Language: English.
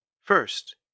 first